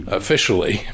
officially